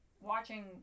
watching